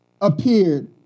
appeared